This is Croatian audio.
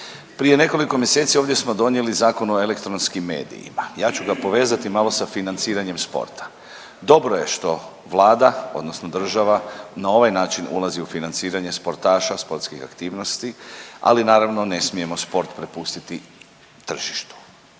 Prije nekoliko mjeseci ovdje smo donijeli Zakon o elektronskim medijima, ja ću ga povezati malo sa financiranjem sporta. Dobro je što vlada odnosno država na ovaj način ulazi u financiranje sportaša, sportskih aktivnosti, ali naravno ne smijemo sport prepustiti tržištu.